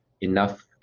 enough